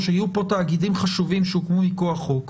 שיהיו כאן תאגידים חשובים שהוקמו מכוח חוק,